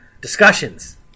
discussions